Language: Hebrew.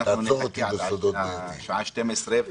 אנחנו נחכה עד השעה 12:00,